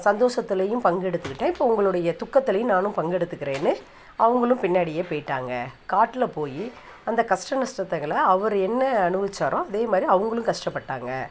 சந்தோஷத்துலையும் பங்கு எடுத்துக்கிட்டேன் இப்போ உங்களுடைய துக்கத்துலையும் நானும் பங்கு எடுத்துக்கிறேன்னு அவங்களும் பின்னாடியே போயிவிட்டாங்க காட்டில் போய் அந்த கஷ்டம் நஷ்டத்தங்களை அவர் என்ன அனுபவிச்சாரோ அதே மாதிரி அவங்களும் கஷ்டப்பட்டாங்க